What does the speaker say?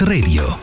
Radio